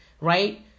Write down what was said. Right